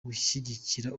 gushyigikira